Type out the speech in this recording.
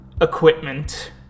equipment